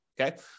okay